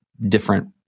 different